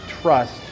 trust